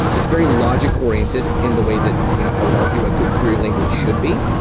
it's very logic-oriented in the way that, you know i would argue, a good query language should be.